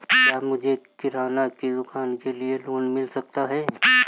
क्या मुझे किराना की दुकान के लिए लोंन मिल सकता है?